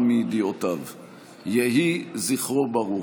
יהי זכרו ברוך.